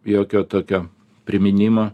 jokio tokio priminimo